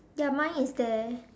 ya mine is there